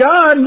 God